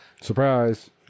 Surprise